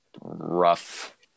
rough